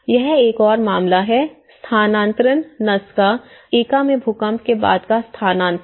यह एक और मामला है स्थानांतरण नस्का इका में भूकंप के बाद का स्थानांतरण